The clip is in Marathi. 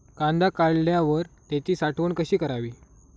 कांदा काढल्यावर त्याची साठवण कशी करावी?